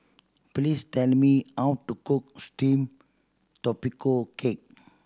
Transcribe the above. please tell me how to cook steamed tapioca cake